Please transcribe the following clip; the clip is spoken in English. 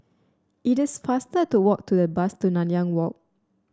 it is faster to walk to the bus to Nanyang Walk